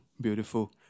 beautiful